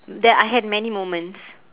that I had many moments